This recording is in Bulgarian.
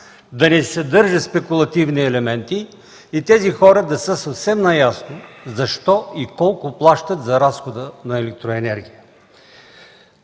да не съдържа спекулативни елементи и хората да са съвсем наясно защо и колко плащат за разхода на електроенергия.